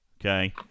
okay